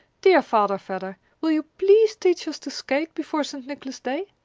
dear father vedder, will you please teach us to skate before st. nicholas day?